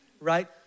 right